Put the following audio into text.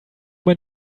mein